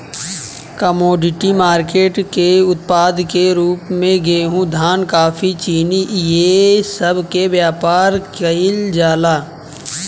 commodity market के उत्पाद के रूप में गेहूं धान कॉफी चीनी ए सब के व्यापार केइल जाला